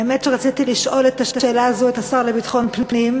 האמת היא שרציתי לשאול את השאלה הזאת את השר לביטחון פנים,